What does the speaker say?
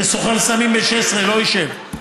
וסוחר סמים בן 16 לא ישב,